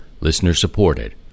listener-supported